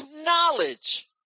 knowledge